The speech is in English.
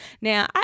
Now